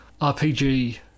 RPG